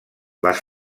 les